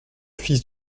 fils